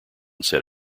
said